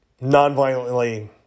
non-violently